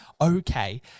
okay